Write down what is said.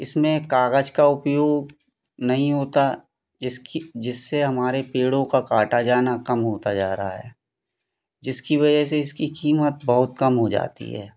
इसमें कागज़ का उपयोग नहीं होता जिसकि जिससे हमारे पेड़ों का काटा जाना कम होता जा रहा है जिसकी वज़ह से इसकी कीमत बहुत कम हो जाती है